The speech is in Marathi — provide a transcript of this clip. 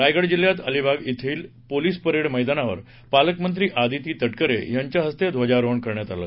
रायगड जिल्ह्यात अलिबाग येथील पोलिस परेड मद्दानावर पालकमंत्री अदिती तटकरे यांच्या हस्ते ध्वजारोहण करण्यात आलं